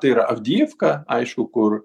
tai yra avdyifka aišku kur